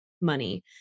money